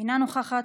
אינה נוכחת.